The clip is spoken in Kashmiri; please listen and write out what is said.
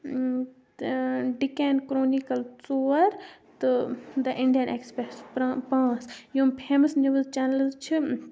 تہٕ ڈِکٮ۪ن کرٛونِکٕل ژور تہٕ دَ اِنڈیَن اؠکٕسپَرس پانٛژھ یِم فیمَس نیٛوٗز چَنلٕز چھِ